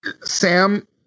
Sam